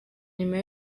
nyuma